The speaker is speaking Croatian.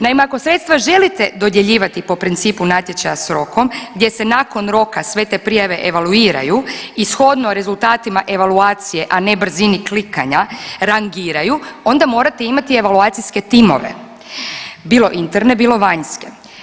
Naime, ako sredstva želite dodjeljivati po principu natječaja s rokom, gdje se nakon roka sve te prijave evaluiraju i shodno rezultatima evaluacije, a ne brzini klikanja rangiraju onda morate imati evaluacijske timove, bilo interne, bilo vanjske.